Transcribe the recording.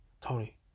Tony